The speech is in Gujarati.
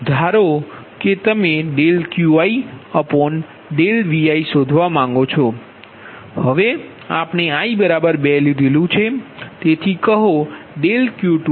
ધારો તમે QiViશોધવા માંગો છો હવે આપણે i 2 લીધેલુ છે